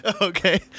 Okay